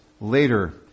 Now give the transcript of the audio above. later